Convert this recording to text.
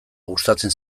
gustatzen